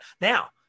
now